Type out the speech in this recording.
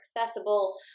accessible